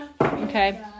Okay